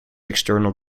external